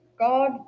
God